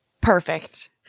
Perfect